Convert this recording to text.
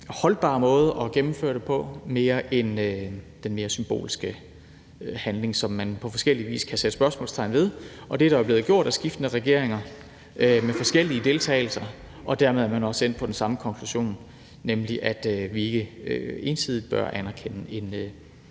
holdbare måde at gennemføre det på end den mere symbolske handling, som man på forskellig vis kan sætte spørgsmålstegn ved. Det er der jo blevet gjort af skiftende regeringer med forskellig deltagelse, og dermed er man også endt på den samme konklusion, altså at vi ikke ensidigt bør anerkende en palæstinensisk